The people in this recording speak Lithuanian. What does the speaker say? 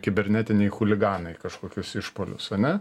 kibernetiniai chuliganai kažkokius išpuolius ane